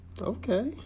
okay